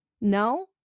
No